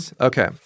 Okay